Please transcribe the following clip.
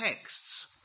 texts